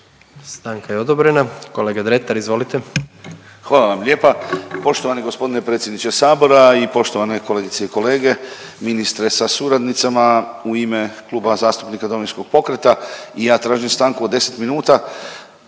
Stanka je odobrena. Kolega Dretar, izvolite. **Dretar, Davor (DP)** Hvala vam lijepa. Poštovani gospodine predsjedniče Sabora i poštovane kolegice i kolege, ministre sa suradnicama. U ime Kluba zastupnika Domovinskog pokreta i ja tražim stanku od 10 minuta.